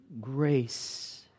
grace